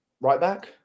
Right-back